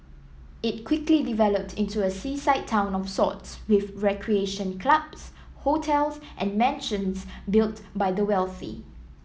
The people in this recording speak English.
it quickly developed into a seaside town of sorts with recreation clubs hotels and mansions built by the wealthy